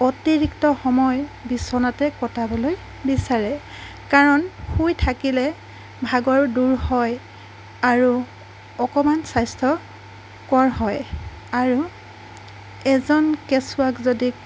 অতিৰিক্ত সময় বিচনাতে কটাবলৈ বিচাৰে কাৰণ শুই থাকিলে ভাগৰো দূৰ হয় আৰু অকমান স্বাস্থ্যকৰ হয় আৰু এজন কেঁচুৱাক যদি